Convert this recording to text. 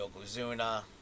Yokozuna